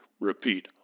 Repeat